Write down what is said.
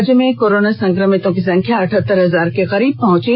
राज्य में कोरोना संक्रमितों की संख्या अठहत्तर हजार के करीब पहुंची